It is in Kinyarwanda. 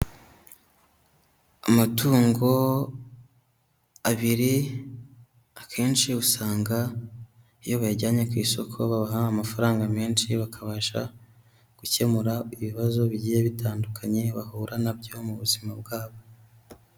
Amatungo abiri akenshi usanga iyo bayajyanye ku isoko babaha amafaranga menshi, bakabasha gukemura ibibazo bigiye bitandukanye bahura na byo mu buzima bwabo.